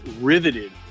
riveted